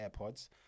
AirPods